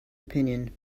opinion